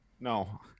No